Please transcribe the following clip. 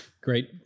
Great